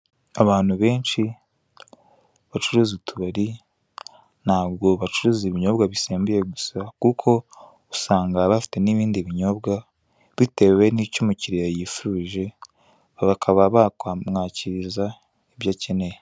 Abantu benshi bacuruza utubari, ntabwo bacuruza ibinyobwa bisembuye gusa, kuko usanga bafite n'ibindi binyobwa, bitewe n'icyo umukiriya yifuje, bakaba bamwakiriza ibyo akeneye.